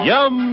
Yum